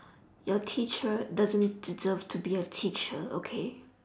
your teacher doesn't deserve to be a teacher okay